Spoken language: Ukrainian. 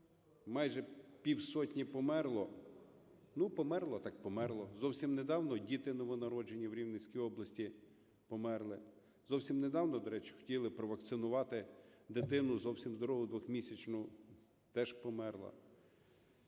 майже півсотні померло. Ну, померло - так померло. Зовсім недавно діти новонароджені в Рівненській області померли. Зовсім недавно, до речі, хотіли провакцинувати дитину, зовсім здорову, двохмісячну, теж померла.